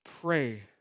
pray